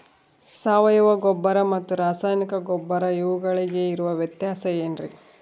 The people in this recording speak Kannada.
ಸಾವಯವ ಗೊಬ್ಬರ ಮತ್ತು ರಾಸಾಯನಿಕ ಗೊಬ್ಬರ ಇವುಗಳಿಗೆ ಇರುವ ವ್ಯತ್ಯಾಸ ಏನ್ರಿ?